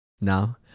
now